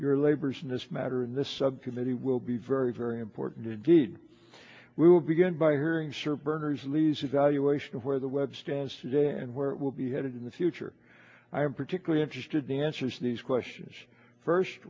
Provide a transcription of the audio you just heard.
your labors in this matter in this subcommittee will be very very important indeed we will begin by hurrying sir berners lee's evaluation of where the web stands today and where it will be headed in the future i am particularly interested the answers to these questions first